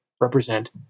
represent